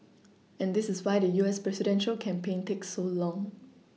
and this is why the U S presidential campaign takes so long